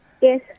Yes